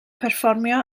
perfformio